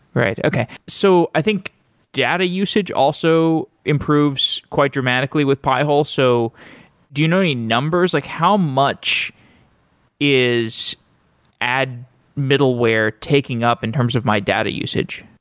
right, okay. so i think data usage also improves quite dramatically with pi hole, so do you know any numbers, like how much is ad middleware taking up in terms of my data usage?